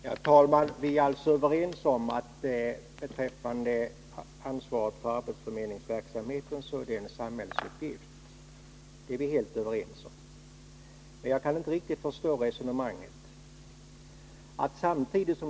Herr talman! Vi är överens om att ansvaret för arbetsförmedlingsverksamheten är en samhällsuppgift. Men jag kan inte riktigt förstå resonemangetiövrigt.